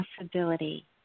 possibility